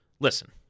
listen